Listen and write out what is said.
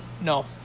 No